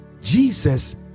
Jesus